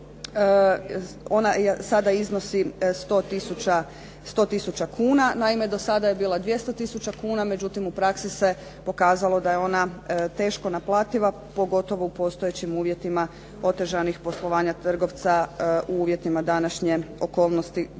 Ona sada iznosi 100 tisuća kuna. Naime, do sada je bila 200 tisuća kuna, međutim u praksi se pokazalo da je ona teško naplativa, pogotovo u postojećim uvjetima otežanih poslovanja trgovca u uvjetima današnje okolnosti